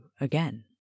again